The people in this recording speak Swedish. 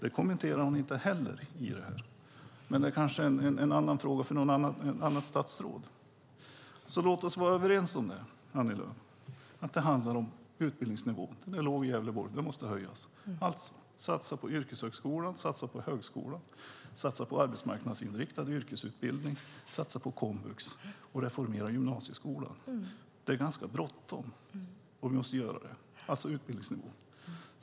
Det kommenterar hon inte heller, men det kanske är en fråga för ett annat statsråd. Låt oss alltså vara överens om detta, Annie Lööf: Det handlar om utbildningsnivå. Den är låg i Gävleborg, och den måste höjas. Satsa på yrkeshögskolan, satsa på högskolan, satsa på arbetsmarknadsinriktade utbildningar, satsa på komvux och reformera gymnasieskolan! Det är ganska bråttom, och vi måste göra detta när det gäller utbildningsnivån.